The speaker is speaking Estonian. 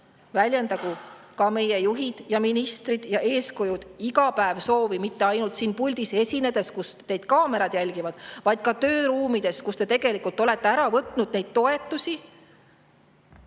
Väljendagu ka meie juhid ja ministrid ja eeskujud iga päev mitte ainult siin puldis esinedes, kus teid kaamerad jälgivad, vaid ka tööruumides, kus te tegelikult olete ära võtnud neid toetusi,